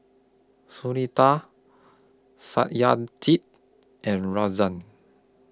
Sunita Satyajit and Razia